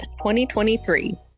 2023